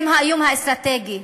הן האיום האסטרטגי,